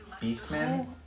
Beastman